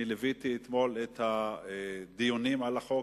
ליוויתי אתמול את הדיונים על החוק,